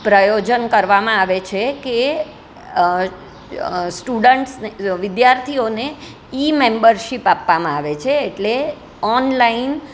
પ્રયોજન કરવામાં આવે છે કે સ્ટુડન્ટ્સને વિધાર્થીઓને ઇ મેંબરશીપ આપવામાં આવે છે એટલે ઓનલાઈન